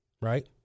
right